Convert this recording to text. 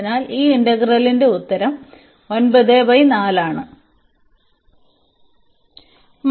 അതിനാൽ ഈ ഇന്റഗ്രലിന്റെ ഉത്തരം ആണ്